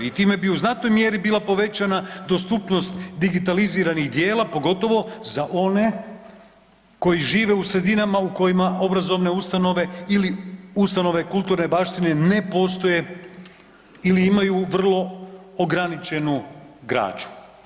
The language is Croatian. I time bi u znatnoj mjeri bila povećana dostupnost digitaliziranih djela pogotovo za one koji žive u sredinama u kojima obrazovne ustanove ili ustanove kulturne baštine ne postoje ili imaju vrlo ograničenu građu.